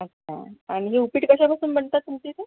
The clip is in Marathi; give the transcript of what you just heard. हा का आणि हे उपीट कशापासून बनतात तुमच्या इथं